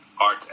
art